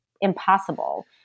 impossible